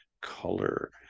color